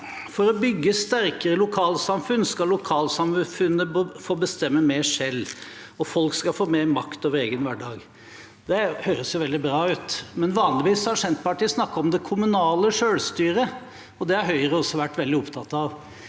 for «å bygge sterkere lokalsamfunn skal lokalsamfunnene få bestemme mer selv og folk få mer makt over egen hverdag». Det høres jo veldig bra ut, men vanligvis har Senterpartiet snakket om det kommunale selvstyret. Det har Høyre også vært veldig opptatt av.